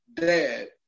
dad